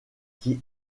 qui